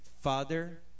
father